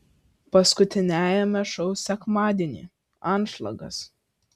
paskutiniajame šou sekmadienį anšlagas